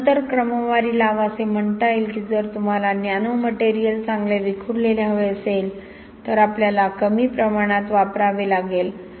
तर नंतर क्रमवारी लावा असे म्हणता येईल की जर तुम्हाला नॅनो मटेरियल चांगले विखुरलेले हवे असेल तर आपल्याला कमी प्रमाणात वापरावे लागेल